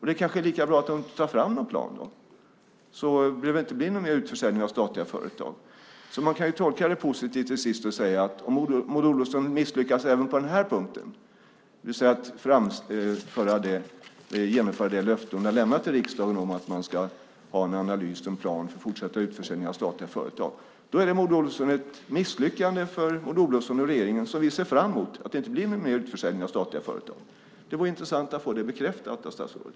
Det kanske är lika bra att hon inte tar fram någon plan då, så behöver det inte bli någon mer utförsäljning av statliga företag. Man kan alltså tolka det positivt till sist och säga att om Maud Olofsson misslyckas även på den här punkten, det vill säga att genomföra det löfte hon har lämnat i riksdagen om att man ska ha en analys och en plan för fortsatta utförsäljningar av statliga företag, då är det ett misslyckande för Maud Olofsson och regeringen som vi ser fram emot, nämligen att det inte blir några mer utförsäljningar av statliga företag. Det vore intressant att få det bekräftat av statsrådet.